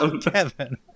Kevin